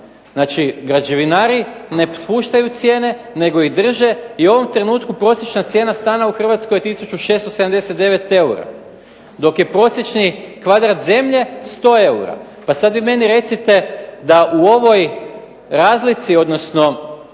Znači, građevinari ne spuštaju cijene nego ih drže i u ovom trenutku prosječna cijena stana u Hrvatskoj je 1679 eura dok je prosječni kvadrat zemlje 100 eura. Pa sad vi meni recite da u ovoj razlici, odnosno